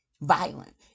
violent